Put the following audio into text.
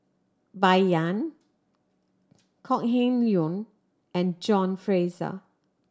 Bai Yan Kok Heng Leun and John Fraser